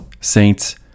saints